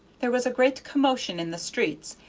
there was a great commotion in the streets,